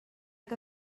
que